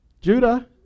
Judah